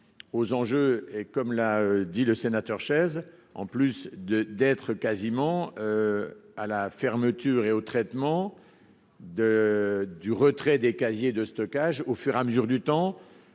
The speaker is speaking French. aux enjeux et comme l'a dit le sénateur chaises en plus de d'être quasiment à la fermeture et au traitement de du retrait des casiers de stockage au fur et à mesure du temps